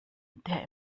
der